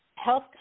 health